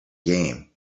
game